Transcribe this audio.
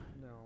no